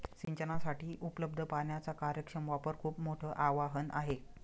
सिंचनासाठी उपलब्ध पाण्याचा कार्यक्षम वापर खूप मोठं आवाहन आहे